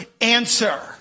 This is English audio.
answer